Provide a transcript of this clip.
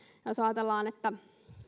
jos ajatellaan että